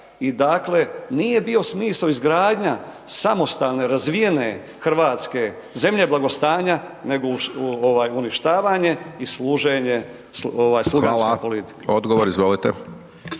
i dakle nije bio smisao izgradnja samostalne razvijene Hrvatske, zemlje blagostanja nego ovaj uništavanje i služenje ovaj sluganska …/Upadica: Hvala./… politika.